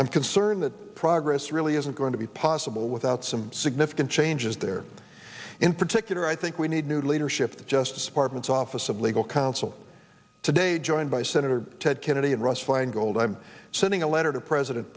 i'm concerned that progress really isn't going to be possible without some significant changes there in particular i think we need new leadership the justice department's office of legal counsel today joined by senator ted kennedy and russ feingold i'm sending a letter to president